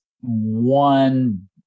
one